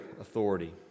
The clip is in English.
authority